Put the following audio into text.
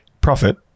Profit